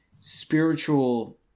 spiritual –